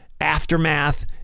Aftermath